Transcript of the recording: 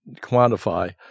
quantify